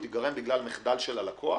ייגרם בגלל מחדל של הלקוח,